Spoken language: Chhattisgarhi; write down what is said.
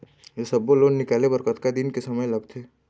ये सब्बो लोन निकाले बर कतका दिन के समय लगथे?